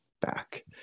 back